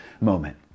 moment